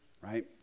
right